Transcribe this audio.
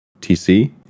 TC